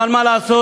אבל מה לעשות,